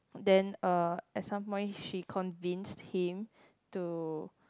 then uh at some point she convinced him to